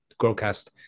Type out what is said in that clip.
Growcast